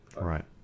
right